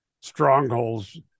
strongholds